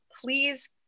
please